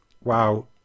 wow